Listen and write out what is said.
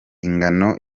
ingano